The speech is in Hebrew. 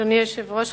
אדוני היושב-ראש,